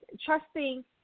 Trusting